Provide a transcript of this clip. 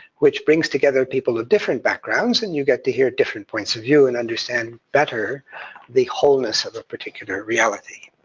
which brings together people of different backgrounds, and you get to hear different points of view and understand better the wholeness of a particular reality.